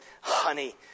honey